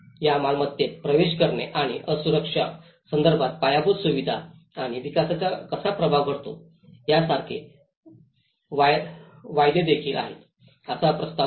या मालमत्तेत प्रवेश करणे आणि असुरक्षा संदर्भात पायाभूत सुविधा आणि विकासाचा कसा प्रभाव पडतो यासारखे वायदेदेखील आहेत असा प्रस्ताव द्या